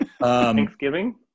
Thanksgiving